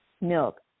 milk